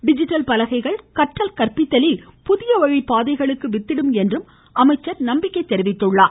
digital பலகைகள் கற்றல் கற்பித்தலில் புதிய வழி பாதைகளுக்கு வித்திடும் என்று அவர் நம்பிக்கை தெரிவித்தார்